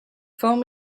foam